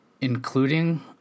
Including